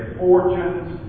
fortunes